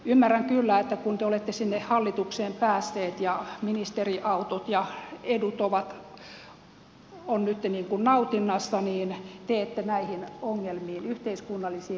ymmärrän kyllä että kun te olette sinne hallitukseen päässeet ja ministeriautot ja edut ovat nytten nautinnassa niin te ette näihin ongelmiin yhteiskunnaksi